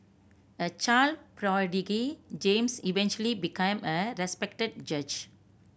a child prodigy James eventually became a respected judge